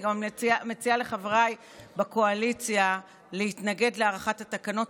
אני גם מציעה לחבריי בקואליציה להתנגד להארכת התקנות.